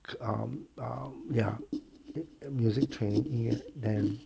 oh oh ya the music kind and then